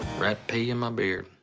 rat pee in my beard.